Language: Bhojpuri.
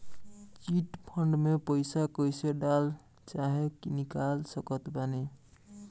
चिट फंड मे पईसा कईसे डाल चाहे निकाल सकत बानी?